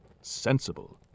Sensible